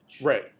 Right